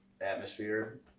atmosphere